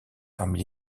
parmi